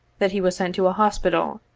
that he was sent to a hospital,